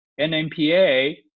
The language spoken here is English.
NMPA